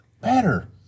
better